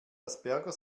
asperger